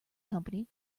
company